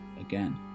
again